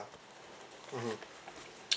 mmhmm